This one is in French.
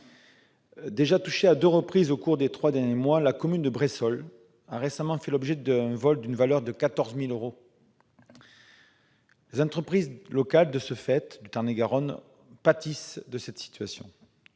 Déjà touchée à deux reprises au cours des trois derniers mois, la commune de Bressols a récemment fait l'objet d'un vol, pour un préjudice de 14 000 euros. De ce fait, les entreprises locales de Tarn-et-Garonne pâtissent de cette situation.